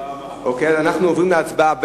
עוברים להצבעה.